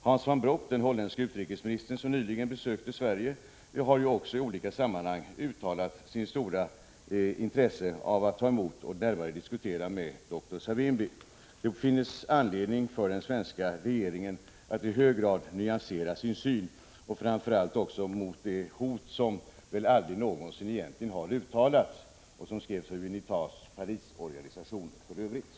Hans van den Broek, den holländske utrikesministern, som nyligen besökte Sverige, har också i olika samman hang uttalat sitt stora intresse av att ta emot och närmare diskutera med doktor Savimbi. Det finns all anledning för den svenska regeringen att i hög grad nyansera sin syn, framför allt när det gäller det hot som väl aldrig någonsin egentligen har uttalats och som för övrigt skrevs av UNITA:s Parisorganisation.